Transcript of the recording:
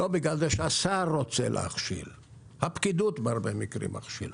לא בגלל שהשר רוצה להכשיל, הפקידות בהרבה מקרים מכשילה.